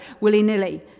willy-nilly